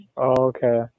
Okay